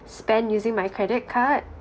spend using my credit card